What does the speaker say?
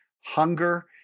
hunger